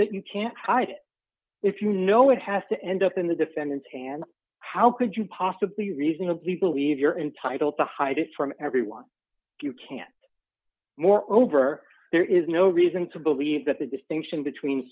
that you can't hide it if you know it has to end up in the defendant's hands how could you possibly reasonably believe you're entitled to hide it from everyone you can't moreover there is no reason to believe that the distinction between